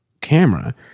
camera